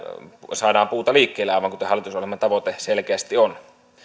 saadaan puuta liikkeelle aivan kuten hallitusohjelman tavoite selkeästi on